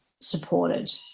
supported